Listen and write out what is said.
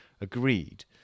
agreed